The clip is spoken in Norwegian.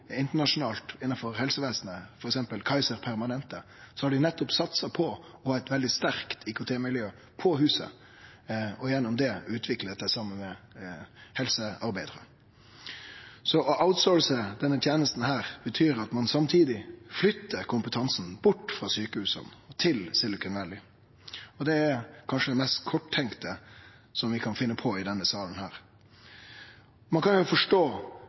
innanfor helsevesenet, f.eks. Kaiser Permanente, nettopp har satsa på å ha eit veldig sterkt IKT-miljø på huset og gjennom det utvikle dette saman med helsearbeidarar. Så å «outsource» denne tenesta betyr at ein samtidig flyttar kompetansen bort frå sjukehusa og til Silicon Valley. Det er kanskje det mest korttenkte vi kan finne på i denne salen. Ein kan forstå